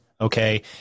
Okay